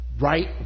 right